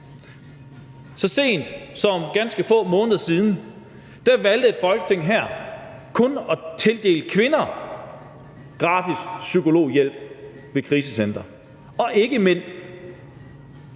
Så sent som for ganske få måneder siden valgte Folketinget kun at tildele kvinder gratis psykologhjælp ved krisecentre – og ikke mænd.